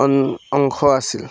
অংশ আছিল